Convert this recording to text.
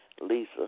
Lisa